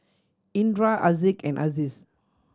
Indra Haziq and Aziz